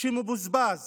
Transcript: שמבוזבז